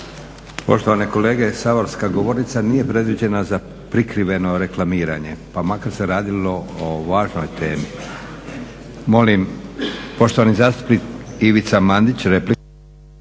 Poštovani kolege, saborska govornica nije predviđena za prikriveno reklamiranje pa makar se radilo o važnoj temi. Molim, poštovani zastupnik Ivica Madić, replika.